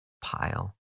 pile